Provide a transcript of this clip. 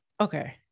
Okay